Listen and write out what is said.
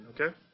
okay